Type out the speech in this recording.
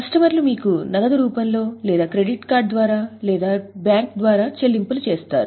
కస్టమర్లు మీకు నగదు రూపంలో లేదా క్రెడిట్ కార్డ్ ద్వారా లేదా బ్యాంక్ ద్వారా చెల్లింపులు చేస్తారు